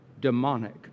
demonic